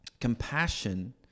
Compassion